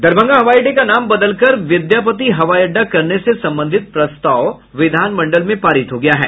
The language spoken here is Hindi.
दरभंगा हवाई अड्डे का नाम बदलकर विद्यापति हवाई अड्डा करने से संबंधित प्रस्ताव विधानमंडल में पारित हो गया है